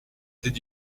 did